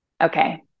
okay